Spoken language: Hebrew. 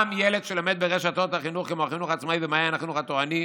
גם ילד שלומד ברשתות החינוך כמו החינוך העצמאי ומעיין החינוך התורני,